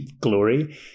glory